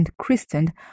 christened